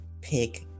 pick